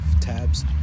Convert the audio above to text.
tabs